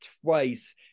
twice